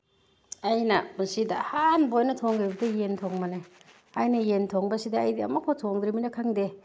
ꯑꯩꯅ ꯄꯨꯁꯤꯗ ꯑꯍꯥꯟꯕ ꯑꯣꯏꯅ ꯊꯣꯡꯈꯤꯕꯗꯤ ꯌꯦꯟ ꯊꯣꯡꯕꯅꯦ ꯑꯩꯅ ꯌꯦꯟ ꯊꯣꯡꯕꯁꯤꯗ ꯑꯩꯗꯤ ꯑꯃꯨꯛ ꯐꯥꯎꯕ ꯊꯣꯡꯗ꯭ꯔꯤꯕꯅꯤꯅ ꯈꯪꯗꯦ